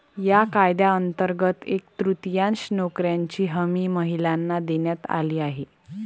या कायद्यांतर्गत एक तृतीयांश नोकऱ्यांची हमी महिलांना देण्यात आली आहे